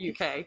UK